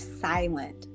silent